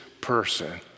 person